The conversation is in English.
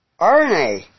RNA